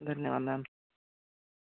धन्यवाद मैंम